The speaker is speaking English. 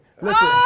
Listen